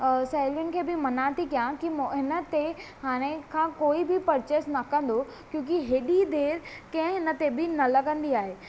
ऐं सहेलियुनि खे बि मना थी कया कि हिन ते हाणे खां कोई बि परचेस न कंदो क्योकि हेॾी देर कंहिं हिन ते बि न लॻंदी आहे